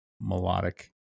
melodic